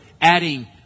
adding